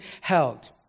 held